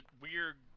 weird